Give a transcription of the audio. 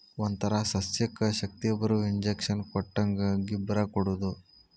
ಒಂತರಾ ಸಸ್ಯಕ್ಕ ಶಕ್ತಿಬರು ಇಂಜೆಕ್ಷನ್ ಕೊಟ್ಟಂಗ ಗಿಬ್ಬರಾ ಕೊಡುದು